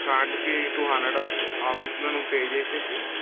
card fee two hundred అవుతుంది ఆఫీస్లో నువ్వు పే చేసి